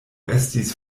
estis